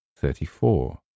thirty-four